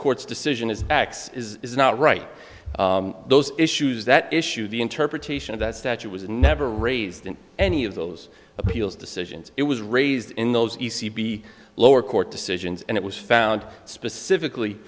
court's decision is x is not right those issues that issue the interpretation of that statue was never raised in any of those appeals decisions it was raised in those e c be lower court decisions and it was found specifically